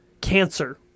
Cancer